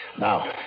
Now